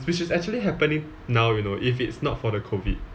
which is actually happening now you know if it's not for the COVID